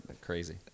crazy